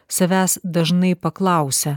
savęs dažnai paklausia